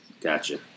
Gotcha